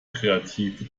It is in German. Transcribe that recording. kreative